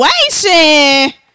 Situation